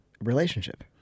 relationship